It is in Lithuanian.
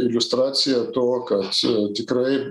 iliustracija to kad tikrai